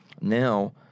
now